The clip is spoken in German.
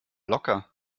locker